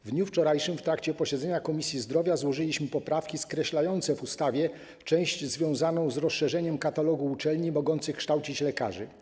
Wczoraj w trakcie posiedzenia Komisji Zdrowia złożyliśmy poprawki skreślające w ustawie część związaną z rozszerzeniem katalogu uczelni mogących kształcić lekarzy.